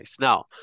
Now